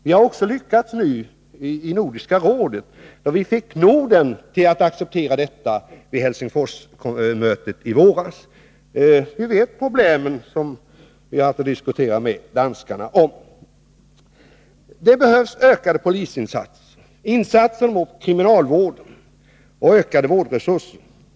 Vi har också lyckats i Nordiska rådet. Vid Helsingforsmötet i våras fick vi de nordiska länderna att acceptera den inställningen. Vi känner t.ex. till de problem vi har haft att diskutera med danskarna. Det behövs ökade polisinsatser, insatser inom kriminalvård och ökade vårdresurser.